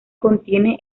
contiene